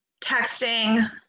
texting